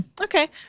Okay